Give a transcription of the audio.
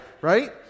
right